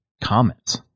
comments